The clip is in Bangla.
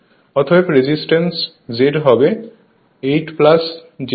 অতএব রেজিস্ট্যান্স Z হবে 8 j6